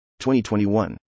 2021